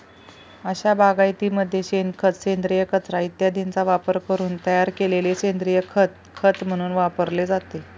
अशा बागायतीमध्ये शेणखत, सेंद्रिय कचरा इत्यादींचा वापरून तयार केलेले सेंद्रिय खत खत म्हणून वापरले जाते